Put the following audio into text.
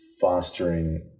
fostering